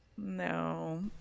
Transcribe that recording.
No